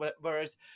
Whereas